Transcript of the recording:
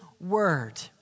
word